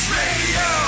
radio